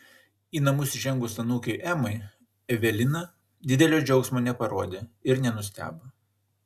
į namus įžengus anūkei emai evelina didelio džiaugsmo neparodė ir nenustebo